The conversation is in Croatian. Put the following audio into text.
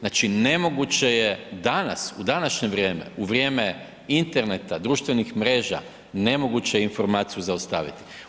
Znači nemoguće je danas, u današnje vrijeme, u vrijeme interneta, društvenih mreža, nemoguće je informaciju zaustaviti.